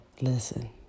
Listen